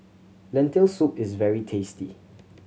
Lentil Soup is very tasty